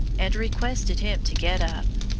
and requested him to get up.